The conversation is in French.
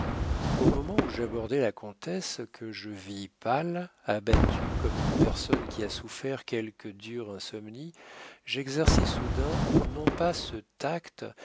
au moment où j'abordai la comtesse que je vis pâle abattue comme une personne qui a souffert quelque dure insomnie j'exerçai soudain non pas ce tact